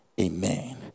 Amen